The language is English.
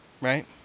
right